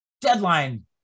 deadline